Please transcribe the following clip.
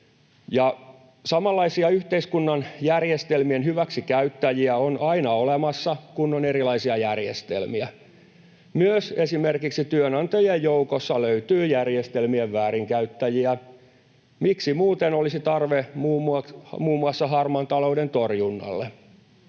Samanlaisia yhteiskunnan järjestelmien hyväksikäyttäjiä on aina olemassa, kun on erilaisia järjestelmiä. Myös esimerkiksi työnantajien joukosta löytyy järjestelmien väärinkäyttäjiä — miksi muuten olisi tarve muun muassa harmaan talouden torjunnalle?